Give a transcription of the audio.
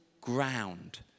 ground